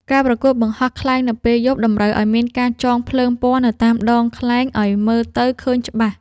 ការប្រកួតបង្ហោះខ្លែងនៅពេលយប់ តម្រូវឱ្យមានការចងភ្លើងពណ៌នៅតាមដងខ្លែងឱ្យមើលទៅឃើញច្បាស់។